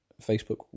Facebook